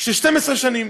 של 12 שנים.